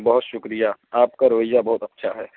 بہت شکریہ آپ کا رویہ بہت اچھا ہے